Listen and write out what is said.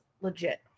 legit